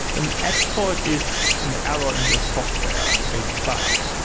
an exploit is an error ah in your software, a bug,